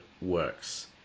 works